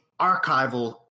archival